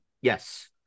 Yes